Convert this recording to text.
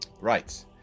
Right